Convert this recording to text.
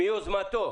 מיוזמתו.